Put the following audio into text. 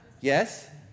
Yes